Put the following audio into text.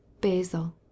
Basil